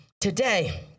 Today